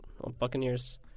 Buccaneers